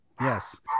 Yes